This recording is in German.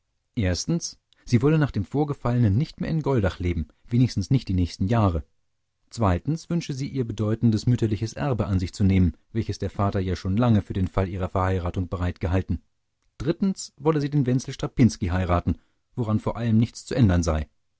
erstens sie wolle nach dem vorgefallenen nicht mehr in goldach leben wenigstens nicht die nächsten jahre zweitens wünsche sie ihr bedeutendes mütterliches erbe an sich zu nehmen welches der vater ja schon lange für den fall ihrer verheiratung bereit gehalten drittens wolle sie den wenzel strapinski heiraten woran vor allem nichts zu ändern sei